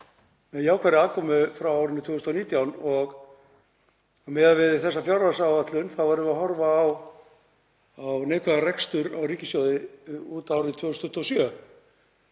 með jákvæðri afkomu frá árinu 2019 og miðað við þessa fjárhagsáætlun erum við að horfa á neikvæðan rekstur á ríkissjóði út árið 2027,